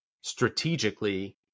strategically